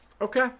Okay